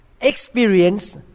experience